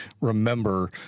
remember